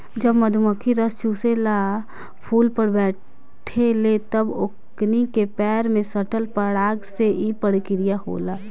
जब मधुमखी रस चुसेला फुल पर बैठे ले तब ओकनी के पैर में सटल पराग से ई प्रक्रिया होला